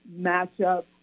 matchup